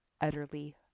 utterly